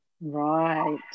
Right